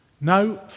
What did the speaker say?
no